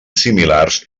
similars